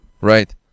Right